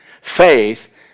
faith